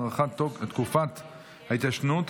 הארכת תקופת ההתיישנות),